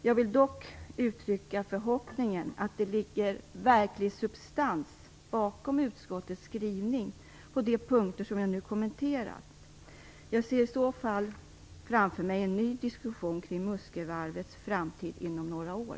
Jag vill dock uttrycka förhoppningen att det ligger verklig substans bakom utskottets skrivningar på de punkter jag nu har kommenterat. Jag ser i så fall framför mig en ny diskussion kring Muskövarvets framtid inom några år.